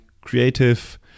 creative